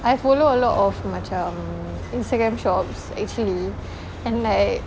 I follow a lot of macam Instagram shops actually and like